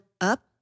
up